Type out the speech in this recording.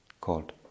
called